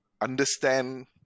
understand